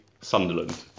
Sunderland